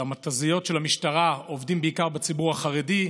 שהמכת"זיות של המשטרה עובדות בעיקר בציבור החרדי.